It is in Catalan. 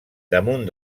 damunt